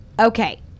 okay